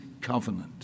covenant